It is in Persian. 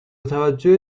توجه